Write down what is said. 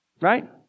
Right